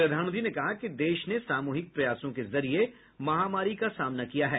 प्रधानमंत्री ने कहा कि देश ने सामूहिक प्रयासों के जरिए महामारी का सामना किया है